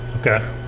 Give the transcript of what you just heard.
okay